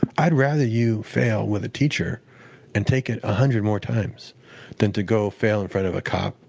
but i'd rather you fail with a teacher and take it one ah hundred more times than to go fail in front of a cop,